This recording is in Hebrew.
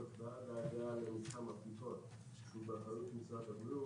ועד העלייה למתחם הבדיקות שהוא באחריות משרד הבריאות.